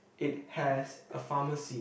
it has a pharmacy